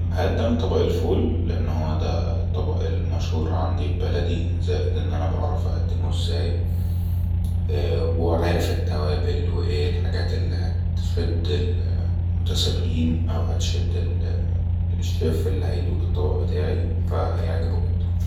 عأدم طبأ الفول لأنه طبأ المشهور في بلدي زائد أنني أعرف أقدمه ازاي واعرف التوابل واعرف ايه هي الحاجات الي تشد المتسابءين أو تشد الشف اللي هيدوء الطبأ بتاعي فهي عجبه جدا